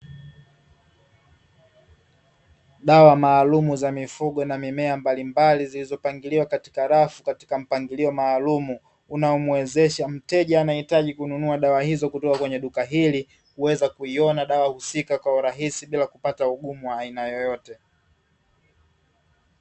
Dawa maalumu za mifugo na mimea mbalimbali zilizopangiliwa katika rafu katika mpangilio maalumu, unaomwezesha mteja anayehitaji kununua dawa hizo kutoka katika kwenye duka hili kuweza kuiona dawa husika kwa urahisi bila kupata ugumu wa aina yoyote.